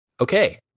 Okay